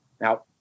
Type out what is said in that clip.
Now